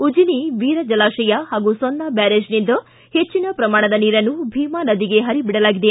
ಉಜಿನಿ ವೀರ ಜಲಾಶಯ ಪಾಗೂ ಸೊನ್ನಾ ಬ್ಯಾರೆಜ್ನಿಂದ ಹೆಚ್ಚಿನ ಪ್ರಮಾಣದ ನೀರನ್ನು ಭೇಮಾ ನದಿಗೆ ಪರಿಬಿಡಲಾಗಿದೆ